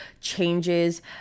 changes